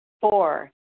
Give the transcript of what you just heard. Four